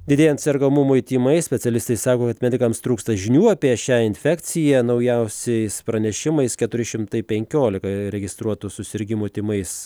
didėjant sergamumui tymais specialistai sako kad medikams trūksta žinių apie šią infekciją naujausiais pranešimais keturi šimtai penkiolika registruotų susirgimų tymais